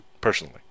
personally